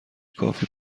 کافی